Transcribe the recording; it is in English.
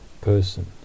person